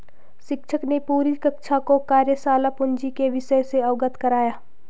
शिक्षक ने पूरी कक्षा को कार्यशाला पूंजी के विषय से अवगत कराया